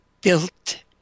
built